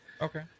Okay